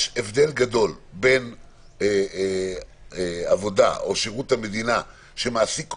יש הבדל גדול בין עבודה או שירות המדינה שמעסיק עובדים,